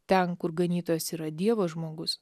ten kur ganytojas yra dievo žmogus